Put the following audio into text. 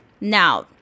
Now